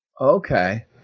Okay